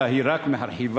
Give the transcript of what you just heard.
אלא היא רק מרחיבה